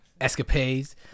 escapades